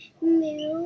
New